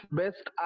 best